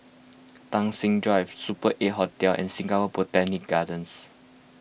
Tai Seng Drive Super eight Hotel and Singapore Botanic Gardens